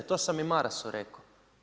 To sam i Marasu rekao.